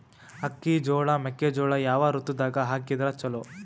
ಅಕ್ಕಿ, ಜೊಳ, ಮೆಕ್ಕಿಜೋಳ ಯಾವ ಋತುದಾಗ ಹಾಕಿದರ ಚಲೋ?